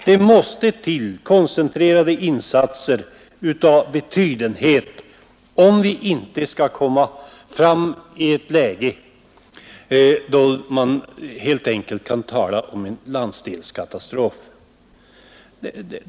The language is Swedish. Det måste till koncentrerade insatser av betydenhet om vi inte skall hamna i ett läge där man helt enkelt kan tala om en landsdelskatastrof.